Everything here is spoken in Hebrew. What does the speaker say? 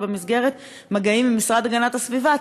שבמסגרת מגעים עם המשרד להגנת הסביבה,